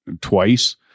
twice